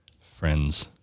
friends